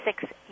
six